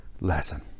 lesson